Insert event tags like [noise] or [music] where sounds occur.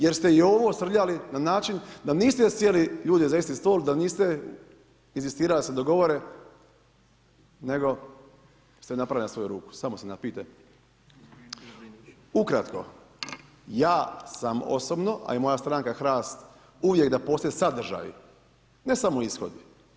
Jer ste i ovo srljali, na način da niste sjeli ljude za isti stol da niste inzistirali da se dogovore, nego ste napravili na svoju ruku, … [unintelligible] Ukratko, ja sam osobno, a i moja stranka HRAST uvijek da postoji sadržaj, ne samo ishodi.